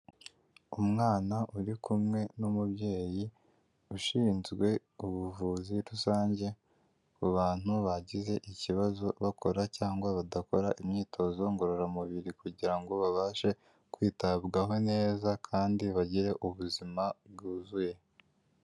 Umwana uri kumwe n'umubyeyi ushinzwe ubuvuzi rusange, ku bantu bagize ikibazo bakora cyangwa badakora imyitozo ngororamubiri, kugirango ngo babashe kwitabwaho neza kandi bagire ubuzima bwuzuye.